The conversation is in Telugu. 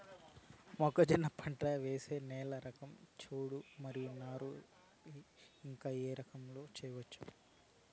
మొక్కజొన్న పంట వేసే నేల రకం చౌడు మరియు నారు ఇంకా ఏ భూముల్లో చేయొచ్చు?